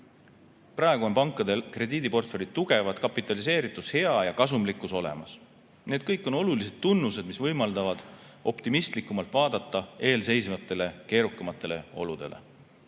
Praegu on pankade krediidiportfellid tugevad, kapitaliseeritus hea ja kasumlikkus olemas. Need kõik on olulised tunnused, mis võimaldavad optimistlikumalt vaadata eelseisvatele keerukamatele oludele.